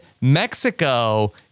mexico